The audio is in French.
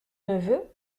neveu